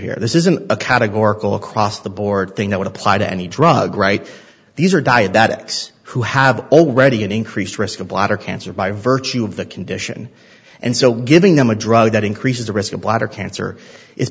here this isn't a categorical across the board thing that would apply to any drug right these are diabetics who have already an increased risk of bladder cancer by virtue of the condition and so giving them a drug that increases the risk of bladder cancer is